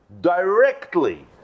directly